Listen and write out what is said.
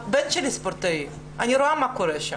הבן שלי ספורטאי ואני רואה מה קורה שם.